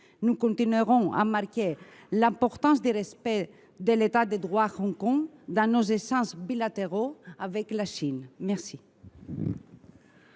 Nous continuerons de marquer l’importance du respect de l’État de droit à Hong Kong dans nos échanges bilatéraux avec la Chine. La